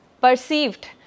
perceived